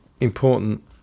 important